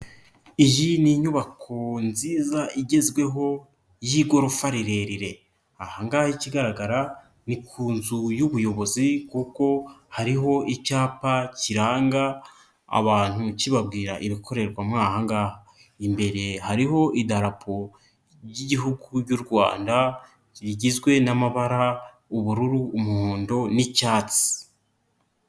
Iyi ni inyubako nziza igezweho y'igorofa rirerire, aha ngaha ikigaragara ni ku nzu y'ubuyobozi kuko hariho icyapa kiranga abantu kibabwira ibikorerwa mo aha ngaha, imbere hariho idarapo ry'igihugu ry'u Rwanda rigizwe n'amabara, ubururu, umuhondo n'icyatsi.